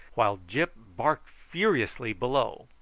while gyp barked furiously below.